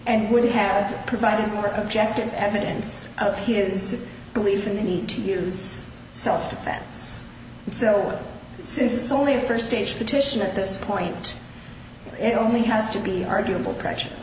and would have provided more objective evidence of his belief in the need to use self defense so since it's only a first stage petition at this point it only has to be arguable pressure